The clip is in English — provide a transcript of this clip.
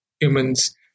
humans